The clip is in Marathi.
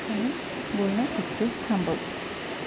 आणि बोलणं इथेच थांबवते